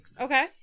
Okay